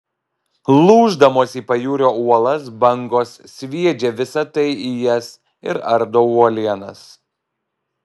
lūždamos į pajūrio uolas bangos sviedžia visa tai į jas ir ardo uolienas